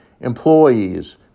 employees